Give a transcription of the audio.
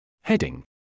Heading